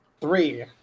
Three